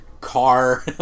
car